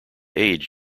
age